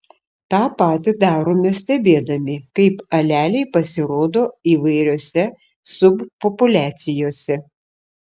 tą patį darome stebėdami kaip aleliai pasirodo įvairiose subpopuliacijose